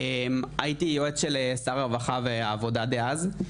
הייתי יועץ של שר הרווחה והעבודה דאז,